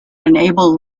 enable